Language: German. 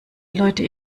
leute